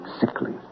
sickly